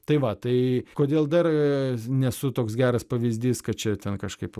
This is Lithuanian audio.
tai va tai kodėl dar nesu toks geras pavyzdys kad čia ten kažkaip